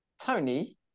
tony